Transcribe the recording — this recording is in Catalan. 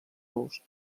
los